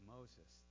Moses